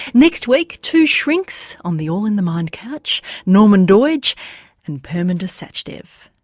next week two shrinks on the all in the mind couch norman doidge and perminder sachdev